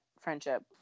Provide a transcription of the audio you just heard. friendship